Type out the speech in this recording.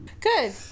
Good